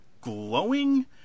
glowing